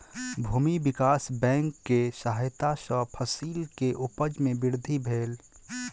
भूमि विकास बैंक के सहायता सॅ फसिल के उपज में वृद्धि भेल